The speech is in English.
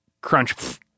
crunch